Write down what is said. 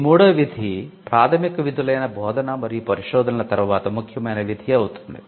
ఈ మూడో విధి ప్రాధమిక విధులైన భోధన మరియు పరిశోధనల తర్వాత ముఖ్యమైన విధి అవుతుంది